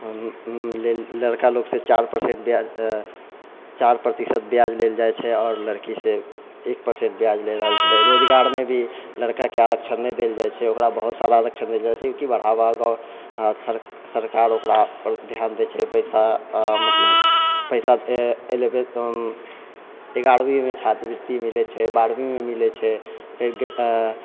लड़का लोकसँ चार पर्सेंट ब्याज चारि प्रतिशत ब्याज लेल जाइ छै आओर लड़कीसँ एक पर्सेंट ब्याज लऽ रहल छै रोजगारमे भी लड़काकेँ आरक्षण नहि देल जाइ छै ओकरा बहुत सारा आरक्षण देल जाइ छै क्योंकि बढ़ावा सरकार ओकरापर ध्यान दै छै पैसा मतलब पैसा एलेवंथ ग्यारहवीमे छात्रवृति मिलै छै बारहवीमे मिलै छै